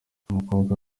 umukobwa